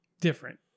different